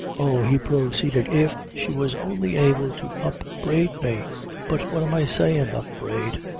oh, he proceeded, if she was only able to upbraid me but what am i sayin' upbraid!